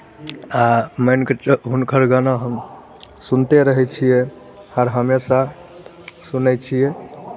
आ मानि कऽ च् हुनकर गाना हम सुनिते रहै छियै हर हमेशा सुनै छियै